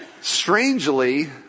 strangely